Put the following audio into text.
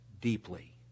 deeply